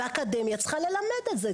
והאקדמיה צריכה ללמד את זה,